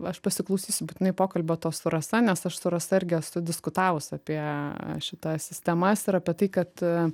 aš pasiklausysiu būtinai pokalbio to su rasa nes aš su rasa irgi esu diskutavus apie šitą sistemas ir apie tai kad